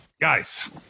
guys